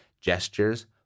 gestures